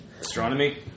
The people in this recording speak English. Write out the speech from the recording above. Astronomy